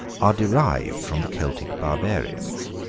are derived from the celtic barbarians.